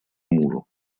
мужу